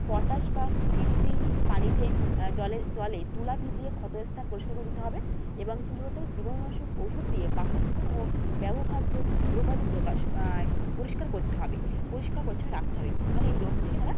potash বা ফিটকিরি পানিতে জলে জলে তুলা ভিজিয়ে ক্ষতস্থান পরিষ্কার করে দিতে হবে এবং কী করতে হবে জীবাণুনাশক ওষুধ দিয়ে বাসস্থান ও ব্যবহার্য দ্রব্যাদি প্রকাশ পরিষ্কার করতে হবে পরিষ্কার পরিচ্ছন্ন রাখতে হবে তাহলে এই রোগ থেকে তারা